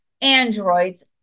androids